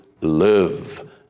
live